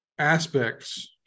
aspects